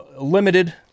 limited